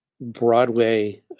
Broadway